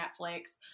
netflix